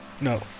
No